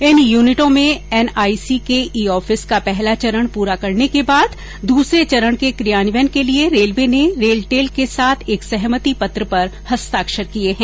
इन यूनिटों में एनआईसी के ई ऑफिस का पहला चरण पूरा करने के बाद दूसरे चरण के क्रियान्वयन के लिए रेलवे ने रेलटेल के साथ एक सहमति पत्र पर हस्ताक्षर किए हैं